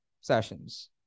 sessions